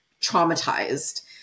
traumatized